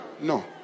no